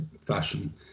fashion